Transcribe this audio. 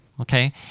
okay